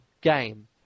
game